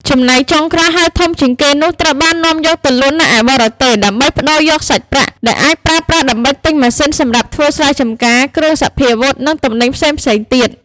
ចំណែកចុងក្រោយ ហើយធំជាងគេនោះ ត្រូវបាននាំយកទៅលក់នៅឯបរទេសដើម្បីប្តូរយកសាច់ប្រាក់ ដែលអាចប្រើប្រាស់ ដើម្បីទិញម៉ាស៊ីនសម្រាប់ធ្វើស្រែចម្ការ គ្រឿងសព្វាវុធ និងទំនិញផ្សេងៗ ទៀត ។